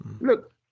look